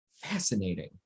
Fascinating